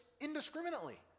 indiscriminately